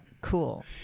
cool